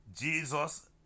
Jesus